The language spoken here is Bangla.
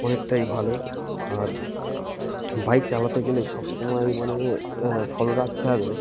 অনেকটাই ভালো আর বাইক চালাতে গেলে সব সময় মানে ফলো রাখতে হবে